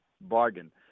bargain